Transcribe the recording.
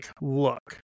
look